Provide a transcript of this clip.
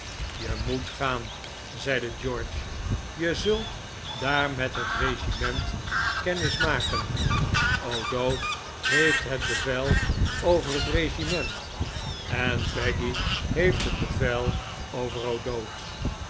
je moet gaan zeide george je zult daar met het regiment kennis maken o'dowd heeft het bevel over het regiment en peggy heeft het bevel over o'dowd